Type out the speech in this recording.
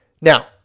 Now